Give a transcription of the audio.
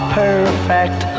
perfect